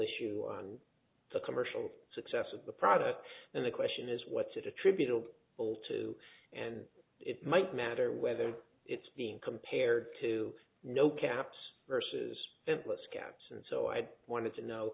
issue on the commercial success of the product and the question is what's it attributable bowl to and it might matter whether it's being compared to no caps versus atlas caps and so i wanted to know